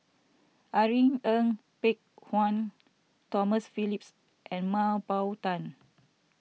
Irene Ng Phek Hoong Tomas Phillips and Mah Bow Tan